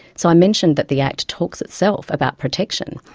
so, i mentioned that the act talks itself about protection.